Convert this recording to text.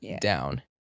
down